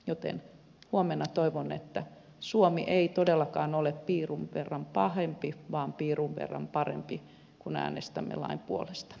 joten huomenna toivon että suomi ei todellakaan ole piirun verran pahempi vaan piirun verran parempi kun äänestämme lain puolesta